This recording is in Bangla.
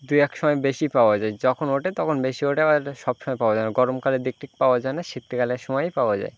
দু এক সময় বেশি পাওয়া যায় যখন ওঠে তখন বেশি ওঠে আবার সবসময় পাওয়া যায় না গরমকালের দিক টিক পাওয়া যায় না শীতকালের সময়েই পাওয়া যায়